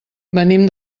venim